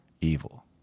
evil